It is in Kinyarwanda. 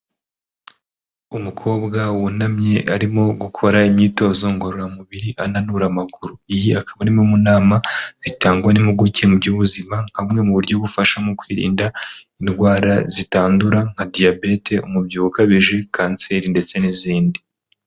Umukobwa wunamye arimo gukora imyitozo ngororamubiri ananura amaguru. Iyi akaba ari mu nama zitangwa n'impuguke mu by'ubuzima nka bumwe mu buryo bufasha mu kwirinda indwara zitandura nka diyabete, umubyibuho ukabije, kanseri ndetse n'izindi.